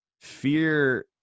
fear